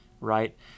right